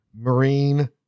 marine